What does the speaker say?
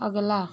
अगला